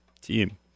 team